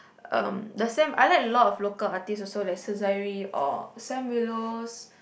um the Sam I like a lot of local artists like Sezairi or Sam-Willows